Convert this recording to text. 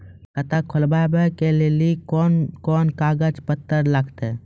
खाता खोलबाबय लेली कोंन कोंन कागज पत्तर लगतै?